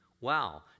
wow